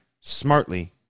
smartly